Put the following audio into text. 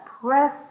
press